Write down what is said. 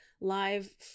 live